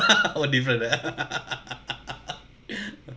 oh different ah